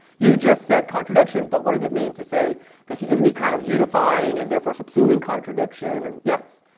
you just said contradiction. but what does it mean to say that he, isn't he kind of unifying and therefore subsuming contradiction? and yes.